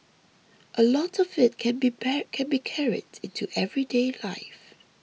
a lot of it can be by can be carried into everyday life